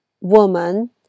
woman